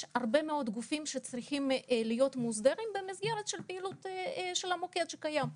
הרבה מאוד גופים שצריכים להיות מוסדרים במסגרת של פעילות המוקד שקיים.